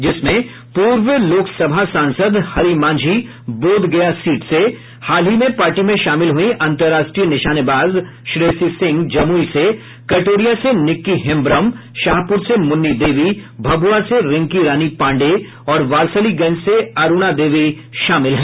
जिसमें पूर्व लोकसभा सांसद हरि मांझी बोधगया सीट से हाल ही में पार्टी में शामिल हुईं अन्तर्राष्ट्रीय निशानेबाज श्रेयसी सिंह जमुई से कटोरिया से निक्की हेम्ब्रम शाहपुर से मुन्नी देवी भभुआ से रिंकी रानी पांडेय और वारसलीगंज से अरूणा देवी शामिल हैं